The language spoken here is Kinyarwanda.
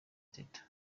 teta